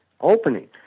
opening